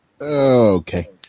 Okay